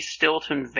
Stilton